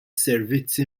servizzi